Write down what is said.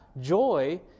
joy